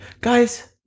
Guys